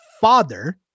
father